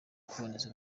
kuboneza